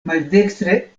maldekstre